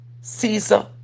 Caesar